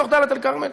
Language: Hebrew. בתוך דאלית-אל-כרמל?